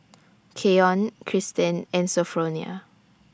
Keyon Kristen and Sophronia